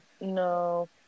No